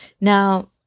Now